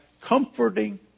comforting